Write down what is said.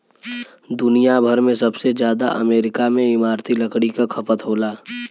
दुनिया भर में सबसे जादा अमेरिका में इमारती लकड़ी क खपत होला